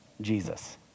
Jesus